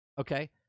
okay